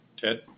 Ted